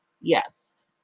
Yes